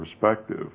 perspective